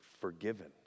forgiven